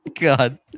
god